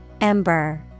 Ember